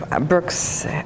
Brooks